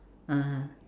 (uh huh)